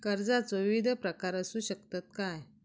कर्जाचो विविध प्रकार असु शकतत काय?